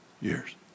years